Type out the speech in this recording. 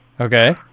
Okay